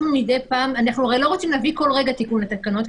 אנחנו הרי לא רוצים להביא כל רגע תיקון לתקנות,